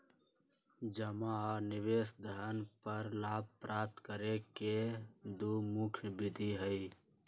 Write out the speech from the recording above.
जमा आ निवेश धन पर लाभ प्राप्त करे के दु मुख्य विधि हइ